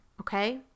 okay